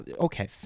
okay